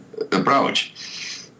approach